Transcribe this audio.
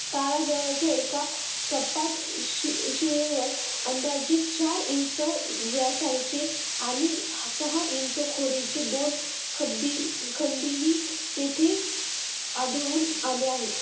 तळा जवळच्या एका सपाट शि शिळेवर अंदाजे चार इंच व्यासाचे आणि सहा इंच खोरेचे दोन खड्डी खंडीही तेथे आढळून आले आहेत